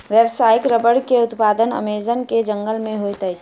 व्यावसायिक रबड़ के उत्पादन अमेज़न के जंगल में होइत अछि